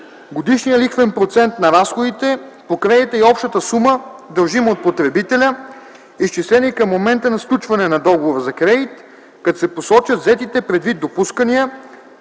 годишния лихвен процент на разходите по кредита и общата сума, дължима от потребителя, изчислени към момента на сключване на договора за кредит, като се посочат взетите предвид допускания,